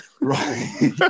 Right